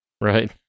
Right